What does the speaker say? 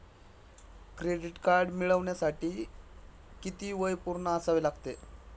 Credit card मिळवण्यासाठी किती वय पूर्ण असावे लागते?